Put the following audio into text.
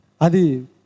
Adi